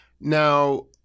Now